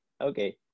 okay